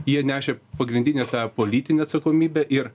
jie nešė pagrindinę tą politinę atsakomybę ir